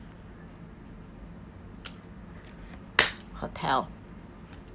hotel